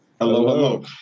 Hello